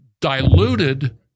diluted